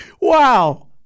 Wow